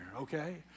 okay